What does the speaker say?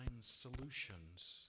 solutions